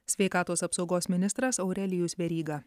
sveikatos apsaugos ministras aurelijus veryga